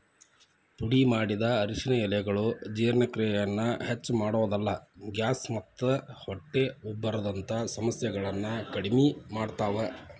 ಪುಡಿಮಾಡಿದ ಅರಿಶಿನ ಎಲೆಗಳು ಜೇರ್ಣಕ್ರಿಯೆಯನ್ನ ಹೆಚ್ಚಮಾಡೋದಲ್ದ, ಗ್ಯಾಸ್ ಮತ್ತ ಹೊಟ್ಟೆ ಉಬ್ಬರದಂತ ಸಮಸ್ಯೆಗಳನ್ನ ಕಡಿಮಿ ಮಾಡ್ತಾವ